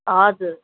हजुर